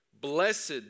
blessed